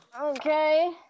Okay